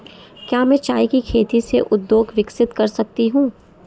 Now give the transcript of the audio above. क्या मैं चाय की खेती से उद्योग विकसित कर सकती हूं?